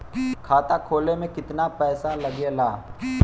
खाता खोले में कितना पईसा लगेला?